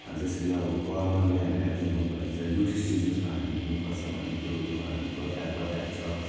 जसरी अब कर्णले हामीलाई देखाउनुभएको छ युधिष्टिर जस्तो हामी हुनुपर्छ भन्ने कुरोहरू बताएको बताएको छ